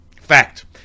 Fact